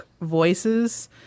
voices